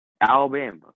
Alabama